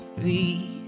free